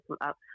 up